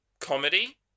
comedy